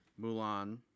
Mulan